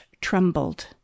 trembled